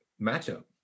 matchup